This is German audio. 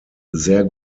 sehr